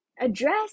address